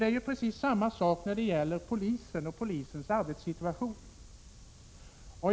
Det är precis samma sak när det gäller polisen och dess arbetssituation.